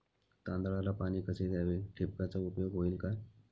तांदळाला पाणी कसे द्यावे? ठिबकचा उपयोग होईल का?